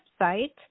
website